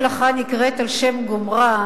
מלאכה נקראת על שם גומרה,